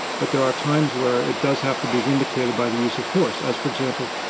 but there are times where it does have to be vindicated by the use of force as, for example,